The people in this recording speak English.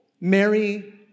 Mary